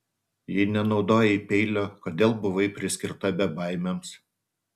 jei nenaudojai peilio kodėl buvai priskirta bebaimiams